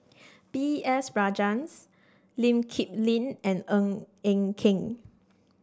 B S Rajhans Lee Kip Lin and Ng Eng Kee